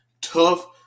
tough